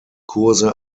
kurse